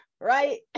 right